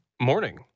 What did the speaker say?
morning